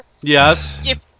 yes